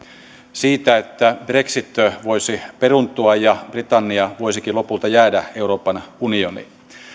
siitä että brexit voisi peruuntua ja britannia voisikin lopulta jäädä euroopan unioniin